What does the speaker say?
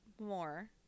more